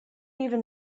even